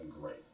great